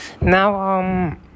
Now